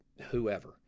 whoever